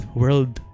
world